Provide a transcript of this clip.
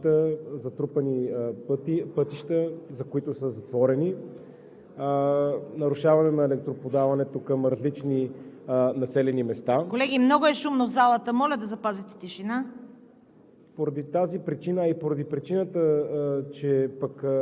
щети, които доведоха до различни видове свлачища, затрупани пътища, които са затворени, нарушаване на електроподаването към различни населени места. ПРЕДСЕДАТЕЛ ЦВЕТА КАРАЯНЧЕВА: Колеги, много е шумно в залата! Моля да запазите тишина!